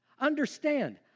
Understand